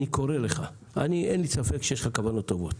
אני קורה לך, אין לי ספק שיש לך כוונות טובות